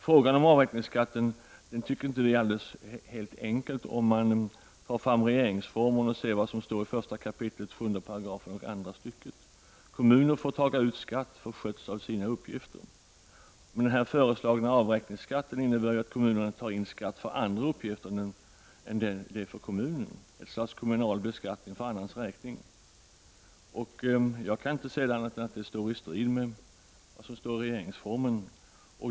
Frågan om avräkningsskatten tycker vi inte är helt enkel, med tanke på vad som står i regeringsformens 1 kap. 7§ andra stycket: ”Kommunerna får taga ut skatt för skötseln av sina uppgifter.” Den föreslagna avräkningsskatten innebär ju att kommunerna tar in skatt för andra uppgifter än sådana som de har att sköta, ett slags kommunal beskattning för annans räkning. Jag kan inte se annat än att det står i strid med regeringsformen.